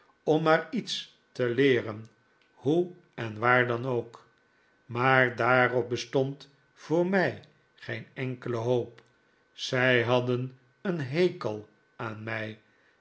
om maar iets te leeren hoe en waar dan ook maar daarop bestond voor mij geen enkele hoop zij hadden een hekel aan mij